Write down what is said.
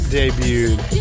debuted